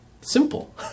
Simple